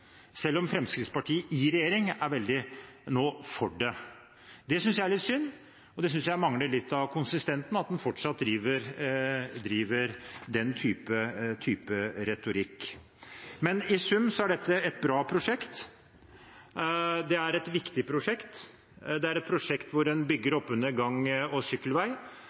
selv om Fremskrittspartiet i regjering nå er veldig for det. Det synes jeg er litt synd og viser manglende konsistens, at en fortsatt driver den type retorikk. I sum er dette et bra prosjekt. Det er et viktig prosjekt, hvor en bygger opp under gang- og sykkelvei